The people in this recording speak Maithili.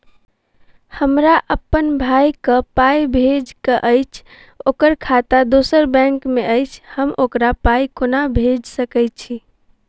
हमरा अप्पन भाई कऽ पाई भेजि कऽ अछि, ओकर खाता दोसर बैंक मे अछि, हम ओकरा पाई कोना भेजि सकय छी?